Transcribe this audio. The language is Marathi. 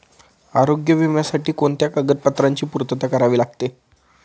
आरोग्य विम्यासाठी कोणत्या कागदपत्रांची पूर्तता करावी लागते?